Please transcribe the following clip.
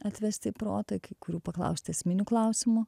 atvesti į protą kai kurių paklausti esminių klausimų